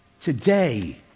today